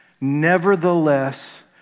Nevertheless